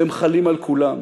והם חלים על כולם.